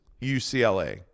UCLA